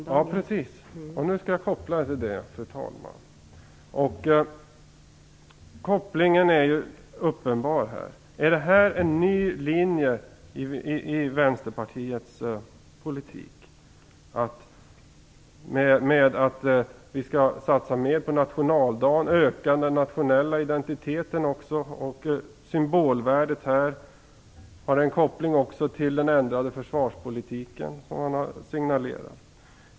Fru talman! Just det. Jag skall nu göra kopplingen till det, fru talman. Kopplingen är uppenbar. Är det en ny linje i vänsterpartiets politik att vi skall satsa mer på nationaldagen och öka den nationella identiteten och symbolvärdet? Det har en koppling också till den ändrade försvarspolitik som man signalerar.